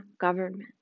government